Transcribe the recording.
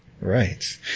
Right